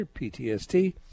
PTSD